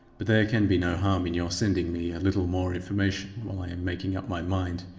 but there can be no harm in your sending me a little more information while i am making up my mind.